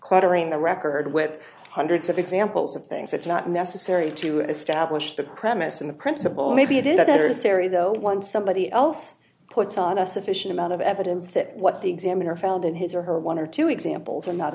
cluttering the record with hundreds of examples of things it's not necessary to establish the premise and the principle maybe it is a better theory though once somebody else puts on a sufficient amount of evidence that what the examiner found in his or her one or two examples are not